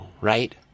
right